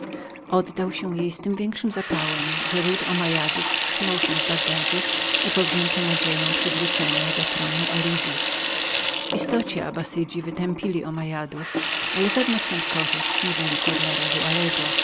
oddał się jej był z tym większym zapałem że ród omniadów chwiał się w bagdadzie i powzięto nadzieje przywrócenia do tronu alidów w istocie abassydzi wytępili omniadów ale żadna ztąd korzyść nie wynikła dla rodu